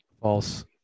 false